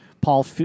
Paul